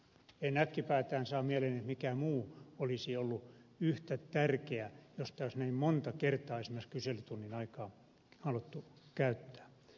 en äkkipäätään saa mieleeni mikä muu olisi ollut yhtä tärkeä josta olisi näin monta kertaa esimerkiksi kyselytunnin aikaa haluttu käyttää